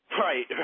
Right